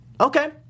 okay